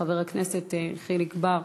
חבר הכנסת חיליק בר,